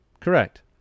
Correct